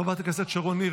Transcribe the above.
חברת הכנסת שרון ניר,